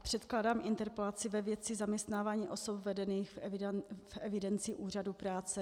Předkládám interpelaci ve věci zaměstnávání osob vedených v evidenci úřadu práce.